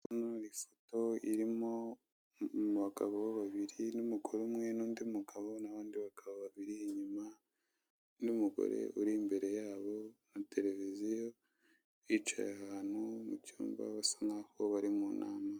Hano haii ifoto irimo abagabo babiri, n'umugore n'undi mugabo, n'abandi bagabo babiri inyuma, n'umugore uri imbere ya bo na televiziyo, bicaye ahantu mu cyumba bisa nkaho bari mu inama.